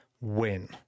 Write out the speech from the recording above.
win